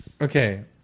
Okay